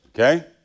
Okay